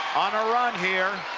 on a run here.